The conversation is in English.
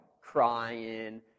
crying